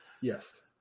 Yes